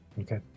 Okay